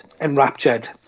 Enraptured